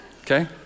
Okay